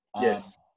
Yes